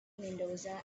mendoza